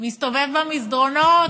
מסתובב במסדרונות,